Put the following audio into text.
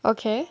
okay